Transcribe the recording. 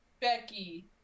Becky